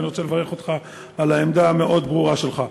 ואני רוצה לברך אותך על העמדה המאוד-ברורה שלך.